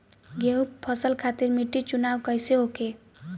गेंहू फसल खातिर मिट्टी चुनाव कईसे होखे?